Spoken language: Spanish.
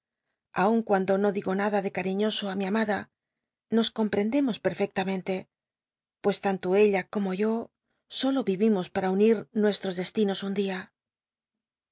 aun cuando no digo nada de carili oso mi amada nos comprendemos pe fectamente pues tanto ella como yo solo vivimos para unir nuestros destinos un dia